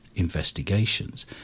investigations